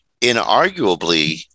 inarguably